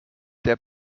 der